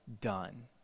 done